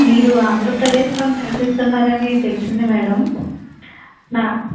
మీరు ఆంధ్రప్రదేశ్లో నివసిస్తున్నారు అని తెలిసింది మేడం నా